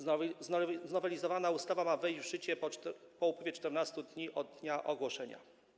Znowelizowana ustawa ma wejść w życie po upływie 14 dni od dnia ogłoszenia.